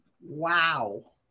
Wow